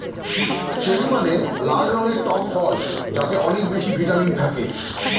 cherry মানে লাল রঙের টক ফল যাতে অনেক বেশি ভিটামিন থাকে